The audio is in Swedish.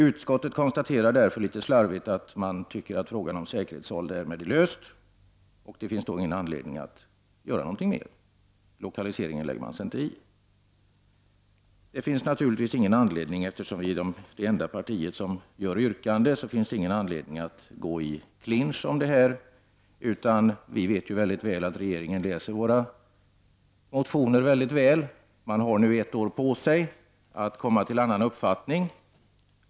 Utskottet konstaterar litet slarvigt att man därmed tycker att frågan är löst. Då finns det inte anledning att göra någonting mer. Lokaliseringen lägger man sig inte i. Eftersom vi är det enda parti som har något yrkande finns det ingen anledning att gå i clinch om detta. Vi vet väl att regeringen läser våra motioner ordentligt. Man har nu ett år på sig att komma till en annan uppfattning.